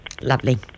Lovely